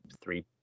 three